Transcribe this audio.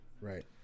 right